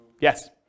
Yes